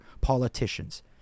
politicians